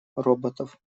роботов